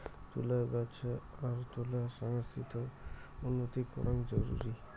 তুলা গছ আর তুলা সংস্কৃতিত উন্নতি করাং জরুরি